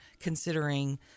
considering